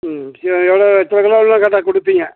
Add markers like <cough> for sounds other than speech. ம் கிலோ எவ்வளவுன்னு <unintelligible> கேட்டால் கொடுப்பீங்க